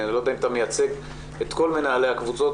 אני לא יודע אם אתה מייצג את כל מנהלי הקבוצות,